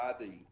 ID